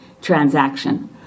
transaction